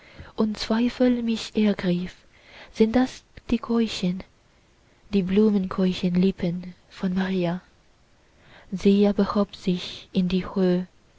und zweifel mich ergriff sind das die keuschen die blumenkeuschen lippen von maria sie aber hob sich in die höh